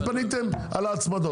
שפניתם על ההצמדות?